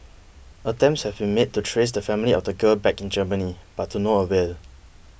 attempts have been made to trace the family of the girl back in Germany but to no avail